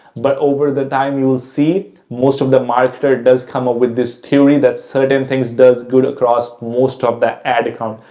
but over the time, you'll see most of the marketer does come up with this theory that certain things does good across most of the ad account.